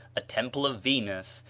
a temple of venus,